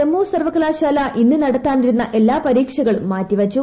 ജമ്മു സർവകലാശാല ഇന്ന് നടത്താനിരുന്ന എല്ലാ പരീക്ഷകളും മാറ്റിവച്ചു